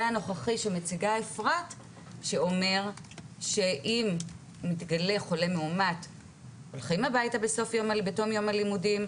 הנוכחי שאומר שאם מתגלה חולה מאומת הולכים הביתה בתום יום הלימודים,